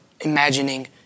imagining